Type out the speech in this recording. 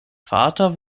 vater